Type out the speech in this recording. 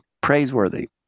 praiseworthy